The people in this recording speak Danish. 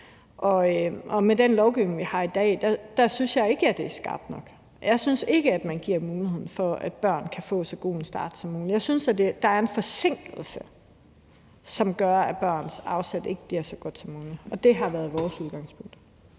Og med den lovgivning, vi har i dag, synes jeg ikke det er skarpt nok. Jeg synes ikke, at man giver muligheden for, at børn kan få så god en start som muligt. Jeg synes, der er en forsinkelse, som gør, at børns afsæt ikke bliver så godt som muligt, og det har været vores udgangspunkt.